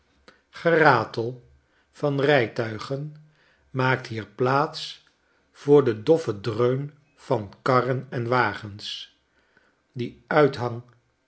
geratel van rijtuigen maakt hier plaats voor den doff en dreun van karren en wagens die uithangteekenen